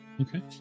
Okay